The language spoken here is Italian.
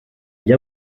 gli